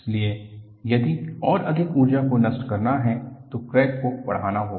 इसलिए यदि और अधिक ऊर्जा को नष्ट करना है तो क्रैक को बटना होगा